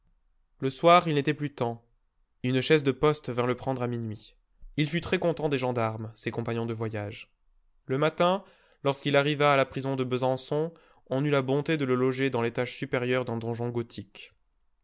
le soir il n'était plus temps une chaise de poste vint le prendre à minuit il fut très content des gendarmes ses compagnons de voyage le matin lorsqu'il arriva à la prison de besançon on eut la bonté de le loger dans l'étage supérieur d'un donjon gothique